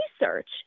research